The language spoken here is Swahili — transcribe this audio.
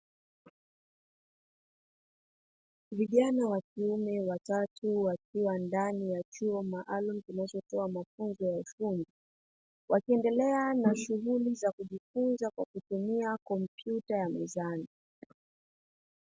Vijana wa kiume watatu wakiwa ndani ya chuo maalumu kinachotoa mafunzo ya ufundi, wakiendelea na shughuli za kujifunza kwa kutumia kompyuta ya mezani.